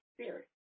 Spirit